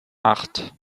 acht